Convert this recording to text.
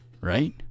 right